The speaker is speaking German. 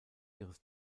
ihres